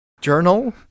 Journal